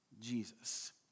Jesus